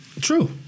True